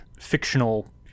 fictional